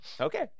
okay